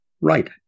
Right